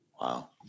Wow